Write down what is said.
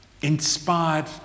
inspired